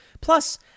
Plus